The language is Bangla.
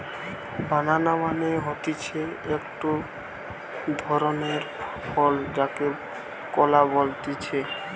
বানানা মানে হতিছে একটো ধরণের ফল যাকে কলা বলতিছে